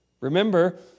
Remember